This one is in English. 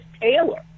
Taylor